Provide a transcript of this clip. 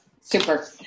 Super